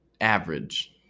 average